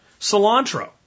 Cilantro